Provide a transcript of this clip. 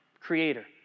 creator